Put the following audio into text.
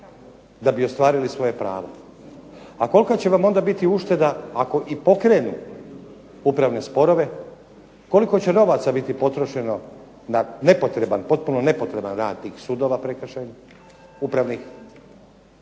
da bi ostvarili svoje pravo. A kolika će vam onda biti ušteda ako i pokrenu upravne sporove, koliko će novaca biti potrošeno na nepotreban, potpuno nepotreban rad tih sudova prekršajnih, upravnih